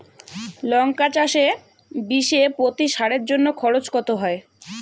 লঙ্কা চাষে বিষে প্রতি সারের জন্য খরচ কত হয়?